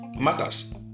matters